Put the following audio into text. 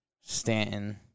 Stanton